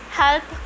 help